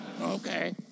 Okay